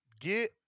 Get